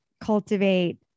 cultivate